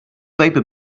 paper